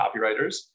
copywriters